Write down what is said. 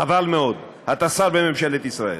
חבל מאוד, אתה שר בממשלת ישראל.